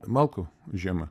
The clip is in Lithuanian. malkų žiemą